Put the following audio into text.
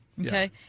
Okay